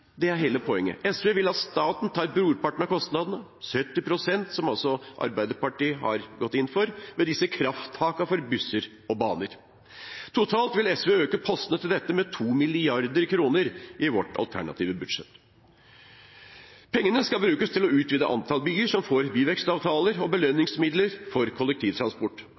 Det er hele poenget. SV vil at staten tar brorparten av kostnadene, 70 pst. – som også Arbeiderpartiet har gått inn for – ved disse krafttakene for busser og baner. Totalt vil SV øke postene til dette med 2 mrd. kr i sitt alternative budsjett. Pengene skal brukes til å utvide antall byer som får byvekstavtaler og belønningsmidler for kollektivtransport.